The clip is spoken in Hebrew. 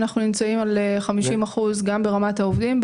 אנחנו נמצאים על 50 אחוזים גם ברמת העובדים.